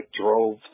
drove